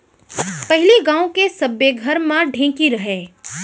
पहिली गांव के सब्बे घर म ढेंकी रहय